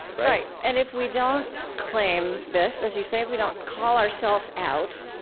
right, and if we don't claim this, as you say, if we don't call ourselves out,